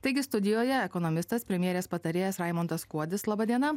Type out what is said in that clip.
taigi studijoje ekonomistas premjerės patarėjas raimundas kuodis laba diena